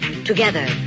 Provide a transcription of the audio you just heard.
Together